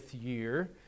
year